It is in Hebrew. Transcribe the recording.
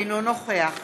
אינו נוכח